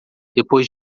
depois